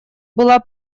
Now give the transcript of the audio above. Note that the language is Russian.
была